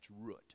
root